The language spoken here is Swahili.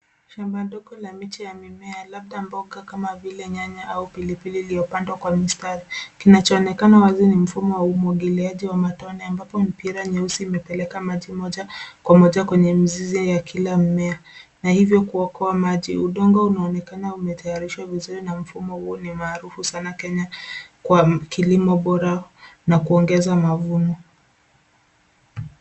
Shamba ndogo la miche ya mimea labda mboga kama vile nyanya au pilipili iliyopandwa kwa mistari kinachoonekana wazi ni mfumo wa umwagiliaji wa matone ambapo mpira nyeusi imepeleka maji moja kwa moja kwenye mizizi ya kila mimea na hivyo kuokoa maji. Udongo unaonekana umetayarishwa vizuri na mfumo huo ni maarufu sana Kenya kwa kilimo bora na kuongeza mavuno.